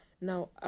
Now